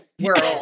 World